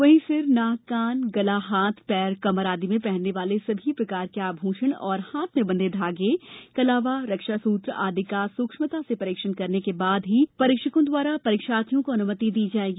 वहीं सिर नाक कान गला हाथ पैर कमर आदि में पहनने वाले सभी प्रकार के आभूषण तथा हाथ में बंधे धागे कलावा रक्षा सूत्र आदि का सूक्ष्मता से परीक्षण करने के बाद ही परीक्षकों द्वारा परीक्षार्थियों को अनुमति दी जाएगी